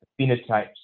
phenotypes